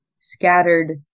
scattered